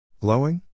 Glowing